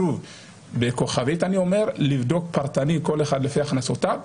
ואני מוסיף בכוכבית לבדוק פרטנית כל אחד לפי הכנסותיו.